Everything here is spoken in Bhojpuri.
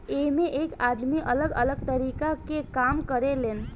एइमें एक आदमी अलग अलग तरीका के काम करें लेन